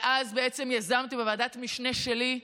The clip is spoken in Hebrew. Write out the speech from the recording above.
ואז בעצם בוועדת משנה שלי,